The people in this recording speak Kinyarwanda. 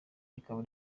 rikaba